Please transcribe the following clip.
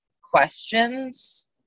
questions